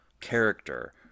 character